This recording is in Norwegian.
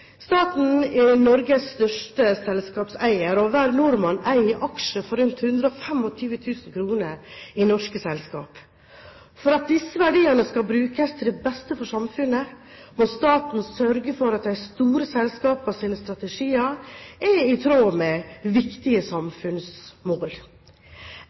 Staten er Norges største selskapseier, og hver nordmann eier aksjer for rundt 125 000 kr i norske selskaper. For at disse verdiene skal brukes til beste for samfunnet, må staten sørge for at de store selskapenes strategier er i tråd med viktige